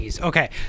Okay